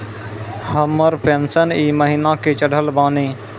हमर पेंशन ई महीने के चढ़लऽ बानी?